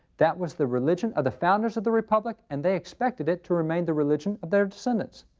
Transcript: that was the religion of the founders of the republic, and they expected it to remain the religion of their descendants.